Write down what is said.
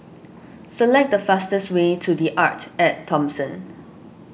select the fastest way to the Arte at Thomson